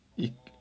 it